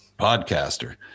podcaster